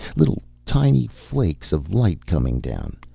little tiny flakes of light coming down,